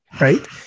right